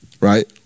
right